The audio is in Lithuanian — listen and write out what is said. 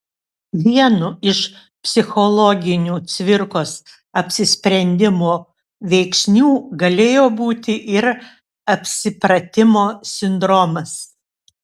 vienu iš psichologinių cvirkos apsisprendimo veiksnių galėjo būti ir apsipratimo sindromas